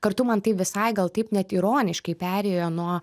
kartu man tai visai gal taip net ironiškai perėjo nuo